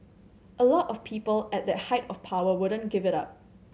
a lot of people at that height of power wouldn't give it up